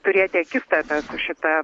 turėti akistatą su šita